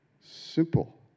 Simple